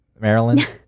Maryland